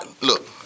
Look